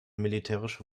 militärische